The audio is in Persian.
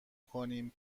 کنیم